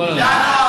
הכול עליי.